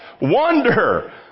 wonder